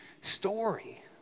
story